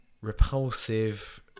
repulsive